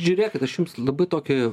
žiūrėkit aš jums labai tokį